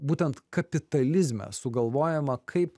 būtent kapitalizme sugalvojama kaip